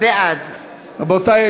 בעד רבותי,